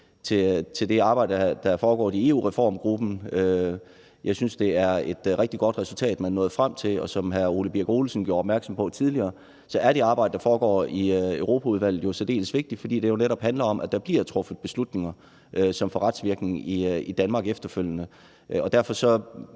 for det arbejde, der er foregået i EU-reformgruppen. Jeg synes, det er et rigtig godt resultat, man er nået frem til, og som hr. Ole Birk Olesen gjorde opmærksom på tidligere, er det arbejde, der foregår i Europaudvalget, særdeles vigtigt, fordi det jo netop handler om, at der bliver truffet beslutninger, som får retsvirkning i Danmark efterfølgende. Derfor